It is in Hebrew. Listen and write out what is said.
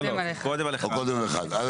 רגע, אז קודם כל על 1. על